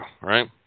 right